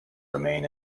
remain